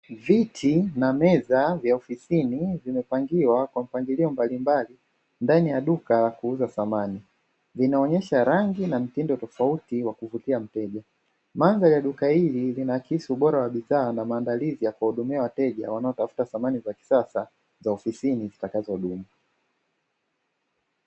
Viti na meza vya ofisini vimepangiwa kwa mpangilio mbalimbali ndani ya duka la kuuza samani. Vinaonyesha rangi na mtindo tofauti wa kuvutia mteja. Mandhari ya duka hili inaakisi ubora wa bidhaa na maandalizi ya kuwahudumia wateja wanaotafuta samani za kisasa za ofisini zitakazodumu.